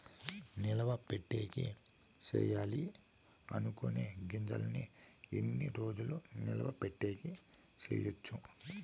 నిలువ పెట్టేకి సేయాలి అనుకునే గింజల్ని ఎన్ని రోజులు నిలువ పెట్టేకి చేయొచ్చు